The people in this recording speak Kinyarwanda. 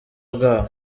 bwabo